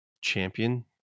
champion